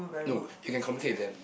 no you can communicate with them